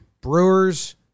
Brewers